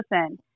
listen